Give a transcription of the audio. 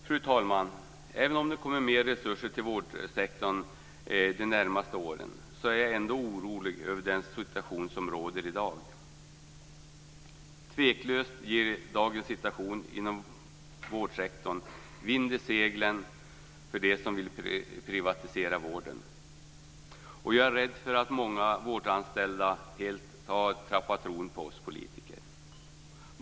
Fru talman! Även om det kommer mer resurser till vårdsektorn de närmaste åren är jag ändå orolig över den situation som råder i dag. Dagens situation inom vårdsektorn ger tveklöst vind i seglen för dem som vill privatisera vården. Jag är rädd för att många vårdanställda helt har tappat tron på oss politiker.